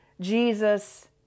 Jesus